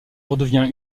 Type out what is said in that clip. redevient